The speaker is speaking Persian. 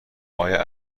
ایا